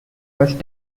first